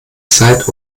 zeit